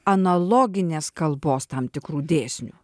analoginės kalbos tam tikrų dėsnių